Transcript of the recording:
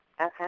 Okay